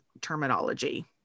terminology